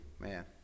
Man